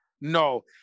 No